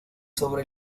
sobre